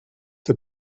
der